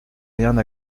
rien